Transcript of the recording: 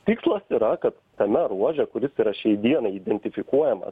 tikslas yra kad tame ruože kuris yra šiai dienai identifikuojamas